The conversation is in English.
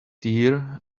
tear